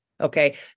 Okay